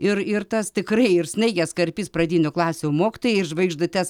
ir ir tas tikrai ir snaiges karpys pradinių klasių mokytojai ir žvaigždutes